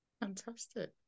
fantastic